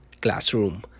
Classroom